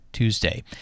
Tuesday